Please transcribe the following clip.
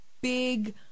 big